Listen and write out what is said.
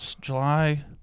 July